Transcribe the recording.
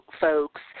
folks